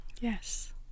yes